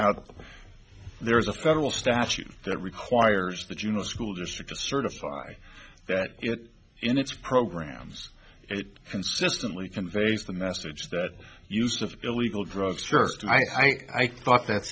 out there is a federal statute that requires that you know a school district or certify that in its programs it consistently conveys the message that use of illegal drugs first i thought that